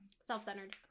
Self-centered